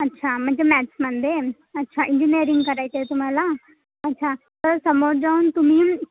अच्छा म्हणजे मॅथ्समध्ये आहे अच्छा इंजिनियरिंग करायचं आहे तुम्हाला अच्छा तर समोर जाऊन तुम्ही